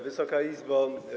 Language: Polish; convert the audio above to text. Wysoka Izbo!